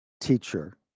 teacher